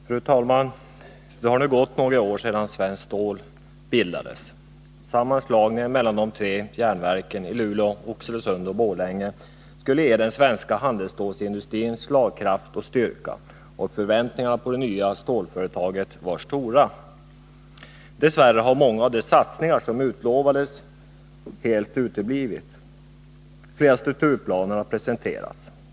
Fru talman! Det har nu gått några år sedan Svenskt Stål AB bildades. Sammanslagningen av de tre järnverken i Luleå, Oxelösund och Borlänge skulle ge den svenska handelsstålsindustrin slagkraft och styrka, och förväntningarna på det nya stålföretaget var stora. Dess värre har många av de satsningar som utlovades uteblivit. Flera strukturplaner har presenterats.